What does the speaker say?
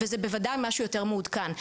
וזה בוודאי משהו יותר מעודכן.